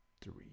three